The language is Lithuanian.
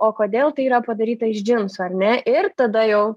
o kodėl tai yra padaryta iš džinsų ar ne ir tada jau